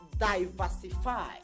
diversify